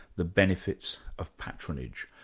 the benefits of patronage.